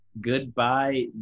goodbye